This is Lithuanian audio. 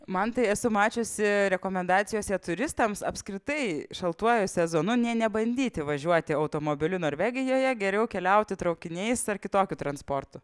mantai esu mačiusi rekomendacijose turistams apskritai šaltuoju sezonu nė nebandyti važiuoti automobiliu norvegijoje geriau keliauti traukiniais ar kitokiu transportu